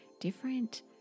different